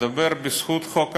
מדבר בזכות חוק הלאום,